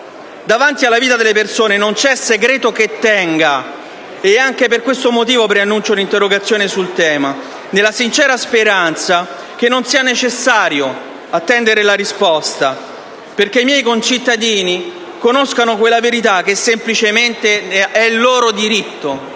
Davanti alla vita delle persone non c'è segreto che tenga e anche per questo motivo preannuncio un'interrogazione sul tema, nella sincera speranza che non sia necessario attendere la risposta perché i miei concittadini conoscano quella verità che, semplicemente, è loro diritto.